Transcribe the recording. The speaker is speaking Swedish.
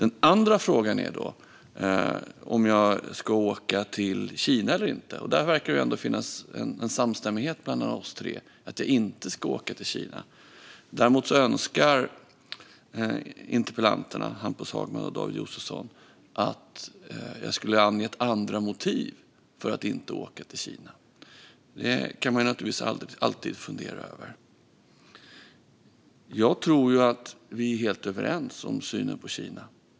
Nästa fråga är om jag ska åka till Kina eller inte, och där verkar det ändå finnas en samstämmighet bland oss tre om att jag inte ska åka till Kina. Däremot önskar interpellanterna Hampus Hagman och David Josefsson att jag skulle ange andra motiv för att inte åka till Kina. Det kan man naturligtvis alltid fundera över. Jag tror ju att vi är helt överens i synen på Kina.